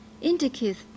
Indicates